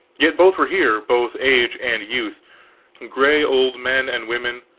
yet both were here, both age and youth gray old men and women,